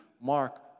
Mark